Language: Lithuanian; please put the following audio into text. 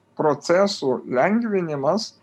procesų lengvinimas